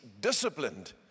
disciplined